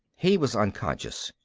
he was unconscious.